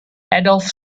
adolf